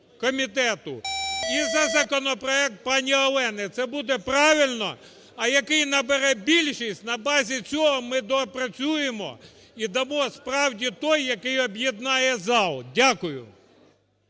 і за законопроект пані Олени. Це буде правильно, а який набере більшість, на базі цього ми доопрацюємо і дамо справді той, який об'єднає зал. Дякую.